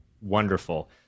Wonderful